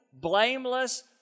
blameless